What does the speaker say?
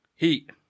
Heat